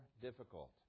difficult